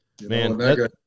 Man